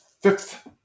fifth